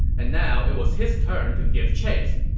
and now it was his turn to give chase.